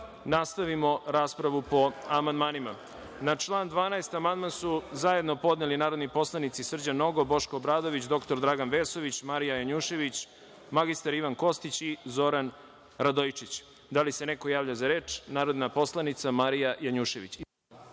nastavimo raspravu po amandmanima. Na član 12. amandman su zajedno podneli narodni poslanici Srđan Nogo, Boško Obradović, dr Dragan Vesović, Marija Janjušević, mr Ivan Kostić i Zoran Radojičić. Da li se neko javlja za reč? Reč ima narodna poslanica Marija Janjušević.